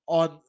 on